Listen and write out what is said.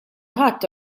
ħadd